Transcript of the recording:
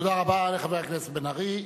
תודה רבה לחבר הכנסת בן-ארי.